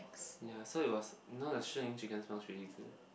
ya so it was you know the Shihlin chicken smells really good